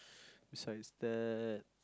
besides that